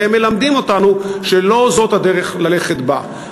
והם מלמדים אותנו שלא זאת הדרך ללכת בה.